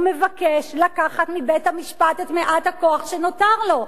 הוא מבקש לקחת מבית-המשפט את מעט הכוח שנותר לו.